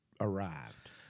arrived